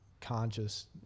conscious